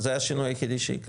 זה השינוי היחידי שייקרה.